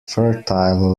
fertile